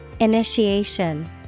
Initiation